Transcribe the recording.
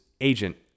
agent